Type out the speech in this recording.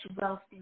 wealthy